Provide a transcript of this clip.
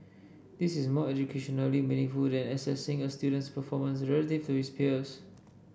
this is more educationally meaningful than assessing a student's performance relative to his peers